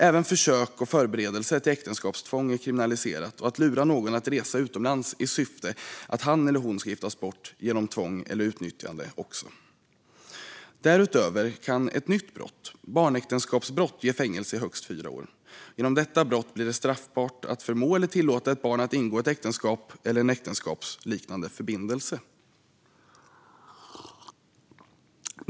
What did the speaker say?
Även försök och förberedelse till äktenskapstvång är kriminaliserat liksom att lura någon att resa utomlands i syfte att han eller hon ska giftas bort genom tvång eller utnyttjande. Därutöver kan ett nytt brott, barnäktenskapsbrott, ge fängelse i högst fyra år. Genom detta brott blir det straffbart att förmå eller tillåta ett barn att ingå ett äktenskap eller en äktenskapsliknande förbindelse.